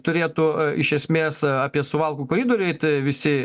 turėtų iš esmės apie suvalkų koridorių eit visi